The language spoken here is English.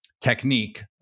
technique